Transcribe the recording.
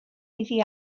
iddi